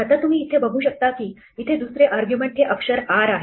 आता तुम्ही इथे बघू शकता की इथे दुसरे आर्ग्युमेंट हे अक्षर 'r' आहे